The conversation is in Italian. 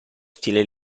stile